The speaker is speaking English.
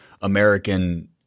American